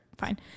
fine